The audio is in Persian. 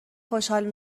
خوشحال